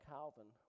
Calvin